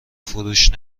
فروش